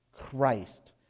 Christ